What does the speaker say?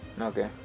Okay